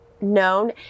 known